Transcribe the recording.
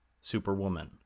superwoman